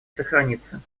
сохранится